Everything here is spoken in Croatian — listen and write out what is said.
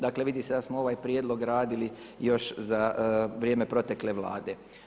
Dakle, vidi se da smo ovaj prijedlog radili još za vrijeme protekle Vlade.